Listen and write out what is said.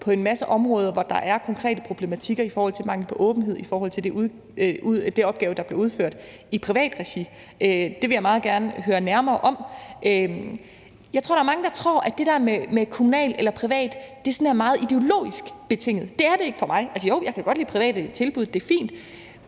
på de mange områder, hvor der er konkrete problematikker i forhold til mangel på åbenhed i forhold til de opgaver, der bliver udført i privat regi. Det vil jeg meget gerne høre nærmere om. Jeg tror, at der er mange, der tror, at det der med kommunalt eller privat er noget meget ideologisk betinget. Det er det ikke for mig. Jo, jeg kan godt lide private tilbud, det er fint,